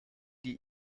die